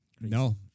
No